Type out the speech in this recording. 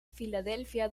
filadelfia